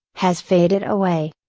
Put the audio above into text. has faded away.